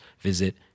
visit